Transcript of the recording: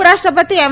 ઉપરાષ્ટ્રપતિ એમ